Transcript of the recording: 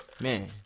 man